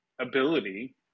ability